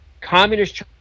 Communist